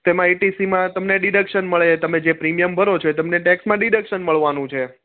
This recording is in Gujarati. તેમાં એટી સીમાં તમને ડિડકસન મળે કે તમે જે પ્રીમિયમ ભરો છો એ તમને ટેક્સમાં ડિડકસન મળવાનું છે